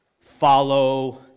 follow